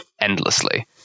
endlessly